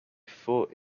thought